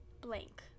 blank